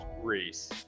Reese